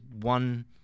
one